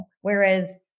Whereas